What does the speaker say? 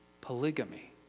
polygamy